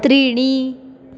त्रीणि